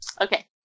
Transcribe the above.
Okay